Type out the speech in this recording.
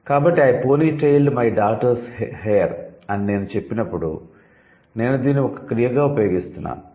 కాబట్టి 'I ponytailed my daughter's hair' I say I ponytailed my daughter's hair అని నేను చెప్పినప్పుడు నేను దీన్ని ఒక 'క్రియ'గా ఉపయోగిస్తున్నాను